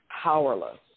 powerless